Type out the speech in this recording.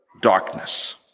darkness